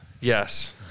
Yes